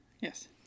Yes